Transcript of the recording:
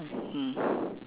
mm